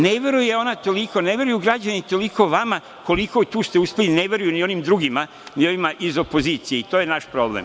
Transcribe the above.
Ne veruje ona toliko, ne veruju građani toliko vama koliko ste tu uspeli, ne veruju ni onim drugima, ni ovima iz opozicije i to je naš problem.